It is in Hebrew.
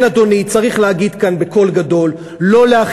נא לסיים.